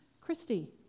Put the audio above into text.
Christy